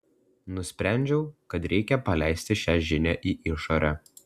nusprendžiau kad reikia paleisti šią žinią į išorę